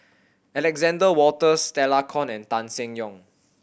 Alexander Wolters Stella Kon and Tan Seng Yong